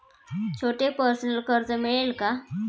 छोटे पर्सनल कर्ज मिळेल का?